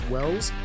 Wells